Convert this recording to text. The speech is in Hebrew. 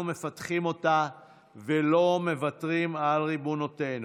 מפתחים אותה ולא מוותרים על ריבונותנו,